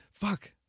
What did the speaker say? fuck